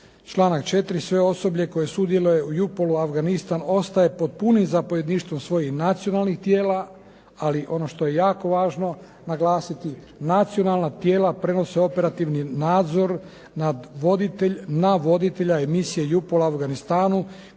članak 4. sve osoblje koje sudjeluje u Jupol-u Afganistan ostaje pod punim zapovjedništvom svojih nacionalnih tijela, ali ono što je jako važno naglasiti, nacionalna tijela prenose operativni nadzor na voditelja misije Jupol u Afganistanu